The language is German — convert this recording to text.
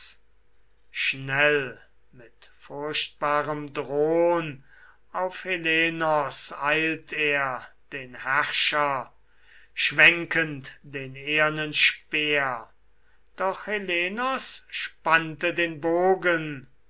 schnell mit furchtbarem drohn auf helenos eilt er den herrscher schwenkend den ehernen speer doch helenos spannte den bogen